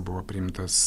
buvo priimtas